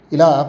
Ila